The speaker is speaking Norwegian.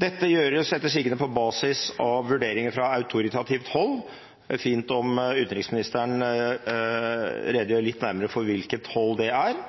Dette gjøres etter sigende på basis av vurderinger fra autoritativt hold. Det er fint om utenriksministeren redegjør litt nærmere for hvilket hold det er,